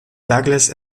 douglas